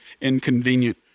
inconvenient